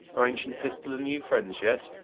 are ancient pistoll and you friends yet?